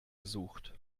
gesucht